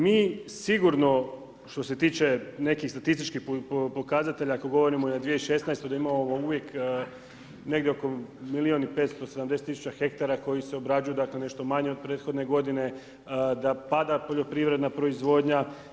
Mi sigurno što se tiče nekih statističkih pokazatelja, ako govorimo na 2016. da imamo uvijek negdje oko milijun i 570 tisuća hektara koji se obrađuju nešto manje od prethodne g. da pada poljoprivredna proizvodnja.